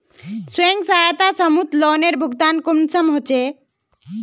स्वयं सहायता समूहत लोनेर भुगतान कुंसम होचे?